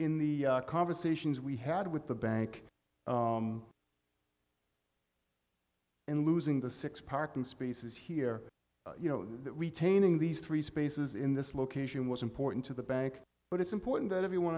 in the conversations we had with the bank in losing the six parking spaces here you know that we taining these three spaces in this location was important to the bank but it's important that everyone